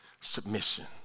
submission